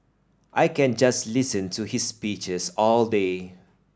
I can just listen to his speeches all day